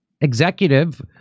executive